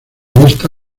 esta